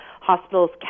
hospitals